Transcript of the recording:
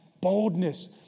boldness